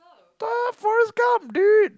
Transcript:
tore for his cup dude